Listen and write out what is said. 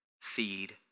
feed